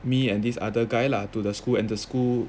me and this other guy lah to the school and the school